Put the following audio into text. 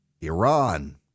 Iran